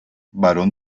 barón